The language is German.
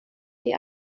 die